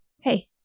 hey